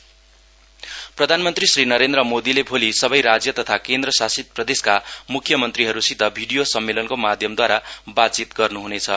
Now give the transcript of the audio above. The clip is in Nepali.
पिएम प्रधानमन्त्री श्री नरेन्द्र मोदीले भोली सबै राज्य तथा केन्द्र शासित प्रदेशका म्ख्य मन्त्रीहरूसित भिडियो सम्मेलनको माध्यमदवारा बातचीत गर्नुहनेछ